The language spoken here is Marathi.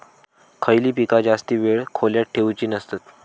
खयली पीका जास्त वेळ खोल्येत ठेवूचे नसतत?